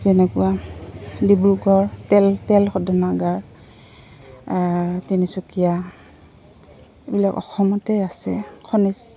যেনেকুৱা ডিব্ৰুগড় তেল তেল শোধনাগাৰ তিনিচুকীয়া এইবিলাক অসমতেই আছে খনিজ